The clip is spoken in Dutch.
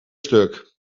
stuk